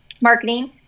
marketing